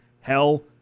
Hell